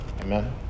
Amen